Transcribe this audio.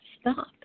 Stop